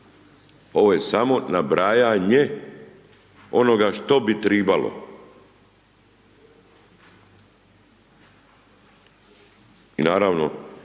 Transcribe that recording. ovo je samo nabrajanje što bi tribalo. I naravno